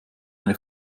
eine